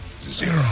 zero